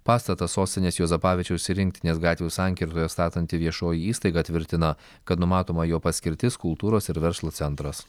pastatą sostinės juozapavičiaus ir rinktinės gatvių sankirtoje statanti viešoji įstaiga tvirtina kad numatoma jo paskirtis kultūros ir verslo centras